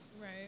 right